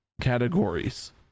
categories